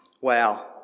wow